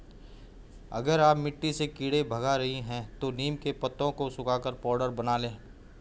अगर आप मिट्टी से कीड़े भगा रही हैं तो नीम के पत्तों को सुखाकर पाउडर बना लें